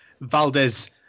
Valdez